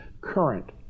current